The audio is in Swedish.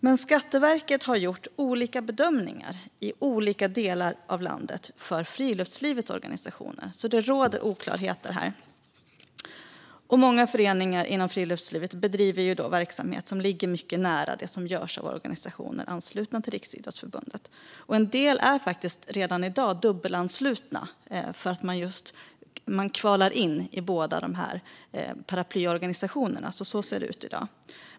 Men Skatteverket har gjort olika bedömningar i olika delar av landet för friluftslivets organisationer. Det råder alltså oklarheter. Många föreningar inom friluftslivet bedriver verksamhet som ligger mycket nära det som görs av organisationer anslutna till Riksidrottsförbundet. En del är faktiskt redan i dag dubbelanslutna, då man kvalar in i båda de här paraplyorganisationerna. Så ser det ut i dag.